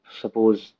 suppose